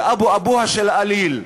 באבו-אבוה בעליל.